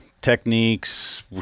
techniques